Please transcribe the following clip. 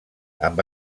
amb